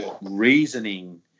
reasoning